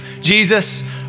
Jesus